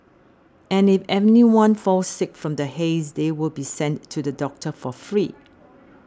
and if anyone falls sick from the haze they will be sent to the doctor for free